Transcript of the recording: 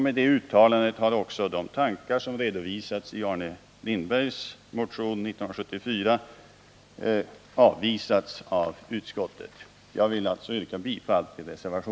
Med detta uttalande har också de tankar som redovisats i Arne Lindbergs motion 1974 avvisats.